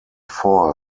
four